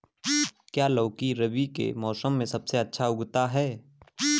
क्या लौकी रबी के मौसम में सबसे अच्छा उगता है?